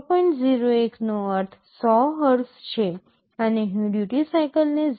01 નો અર્થ 100 હર્ટ્ઝ છે અને હું ડ્યૂટિ સાઇકલને 0